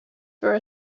for